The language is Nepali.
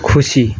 खुसी